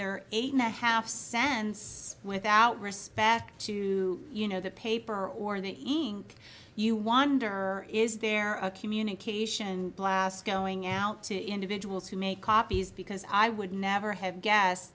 are eight and a half cents without respect to you know the paper or the evening you wonder is there a communication glass going out to individuals who make copies because i would never have guessed